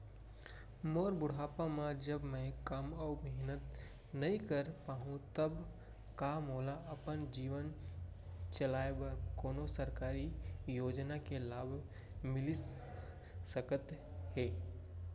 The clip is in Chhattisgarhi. मोर बुढ़ापा मा जब मैं काम अऊ मेहनत नई कर पाहू तब का मोला अपन जीवन चलाए बर कोनो सरकारी योजना के लाभ मिलिस सकत हे?